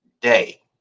day